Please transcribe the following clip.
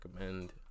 recommend